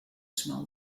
smell